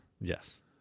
Yes